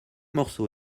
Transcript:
morceau